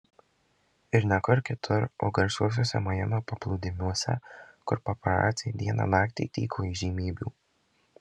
ir ne kur kitur o garsiuosiuose majamio paplūdimiuose kur paparaciai dieną naktį tyko įžymybių